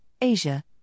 Asia